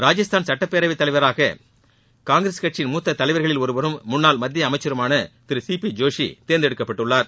ராஜஸ்தான் சட்டப்பேரவைத்தலைவராக காங்கிரஸ் கட்சியின் மூத்த தலைவர்களில் ஒருவரும் முன்னாள் மத்திய அமைச்சருமான திரு சி பி ஜோஷி தேர்ந்தெடுக்கப்பட்டுள்ளார்